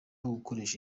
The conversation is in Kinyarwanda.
gukoresha